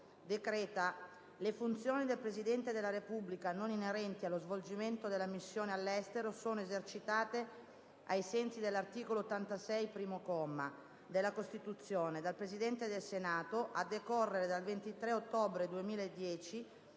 DECRETA: Le funzioni del Presidente della Repubblica, non inerenti allo svolgimento della missione all'estero, sono esercitate, ai sensi dell'articolo 86, primo comma, della Costituzione, dal Presidente del Senato a decorrere dal 23 ottobre 2010